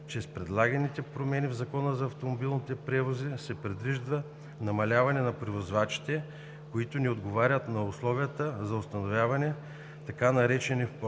че с предлаганите промени в Закона за автомобилните превози се предвижда намаляване на превозвачите, които не отговарят на условията за установяване, така наречени